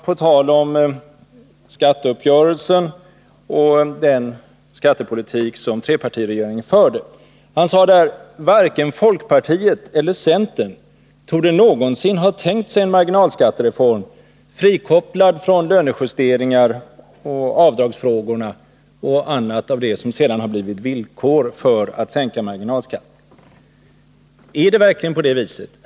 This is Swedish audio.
På tal om skatteuppgörelsen och den skattepolitik som trepartiregeringen förde sade han att varken folkpartiet eller centerpartiet någonsin torde ha tänkt sig en marginalskattereform frikopplad från lönejusteringar, avdragsfrågor och annat som sedan har blivit villkor för att sänka marginalskatten. Är det verkligen på det viset?